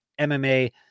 MMA